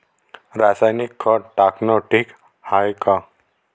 रासायनिक खत टाकनं ठीक हाये का?